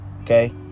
Okay